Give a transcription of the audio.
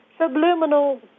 subliminal